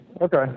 Okay